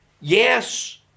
Yes